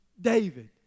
David